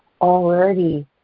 already